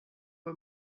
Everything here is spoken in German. bei